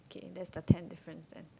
that's the ten different thing